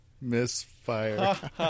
Misfire